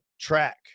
track